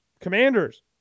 Commanders